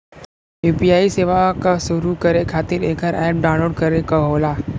UPI सेवा क शुरू करे खातिर एकर अप्प डाउनलोड करे क होला